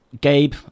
Gabe